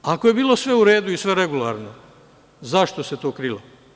Ako je bilo sve u redu i regularno, zašto se to krilo?